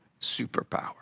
superpower